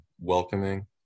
welcoming